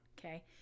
okay